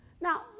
Now